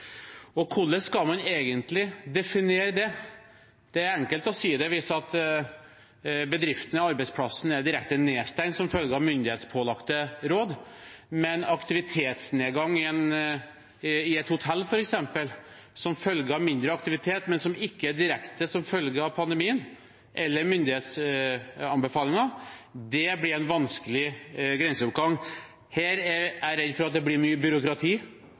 Hvordan skal man egentlig definere det? Det er enkelt å si det hvis bedriften og arbeidsplassen er direkte nedstengt som følge av myndighetspålagte råd, men aktivitetsnedgang i f.eks. et hotell som følge av mindre aktivitet, men som ikke følger direkte av pandemien eller myndighetsanbefalinger, blir en vanskelig grenseoppgang. Jeg er redd for at det med Fremskrittspartiets forslag blir mye byråkrati